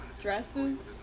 dresses